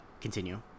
continue